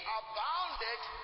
abounded